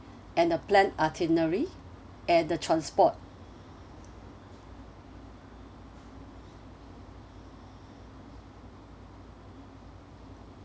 and a planned itinerary and the transport